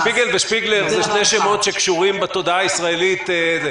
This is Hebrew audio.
שפיגל ושפיגלר הם שני שמות שקשורים בתודעה הישראלית לכדורגל.